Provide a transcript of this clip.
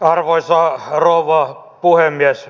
arvoisa rouva puhemies